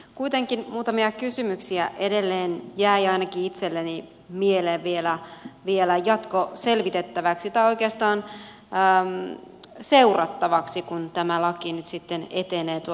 kuitenkin muutamia kysymyksiä edelleen jäi ainakin itselleni mieleen vielä jatkoselvitettäväksi tai oikeastaan seurattavaksi kun tämä laki nyt sitten etenee tuolla kentällä